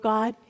God